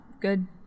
good